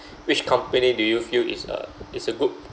which company do you feel is a is a good